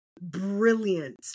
brilliant